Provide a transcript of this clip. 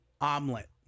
omelet